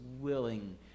willing